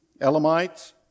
Elamites